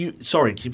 sorry